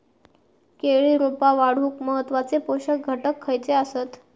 केळी रोपा वाढूक महत्वाचे पोषक घटक खयचे आसत?